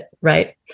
right